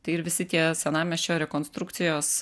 tai ir visi tie senamiesčio rekonstrukcijos